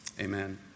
Amen